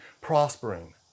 prospering